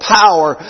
power